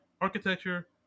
architecture